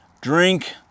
drink